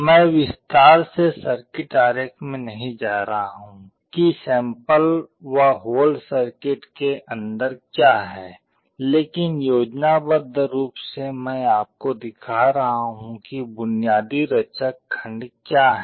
मैं विस्तार से सर्किट आरेख में नहीं जा रहा हूं कि सैंपल व होल्ड सर्किट के अंदर क्या है लेकिन योजनाबद्ध रूप से मैं आपको दिखा रहा हूं कि बुनियादी रचक खंड क्या हैं